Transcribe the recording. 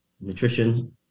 nutrition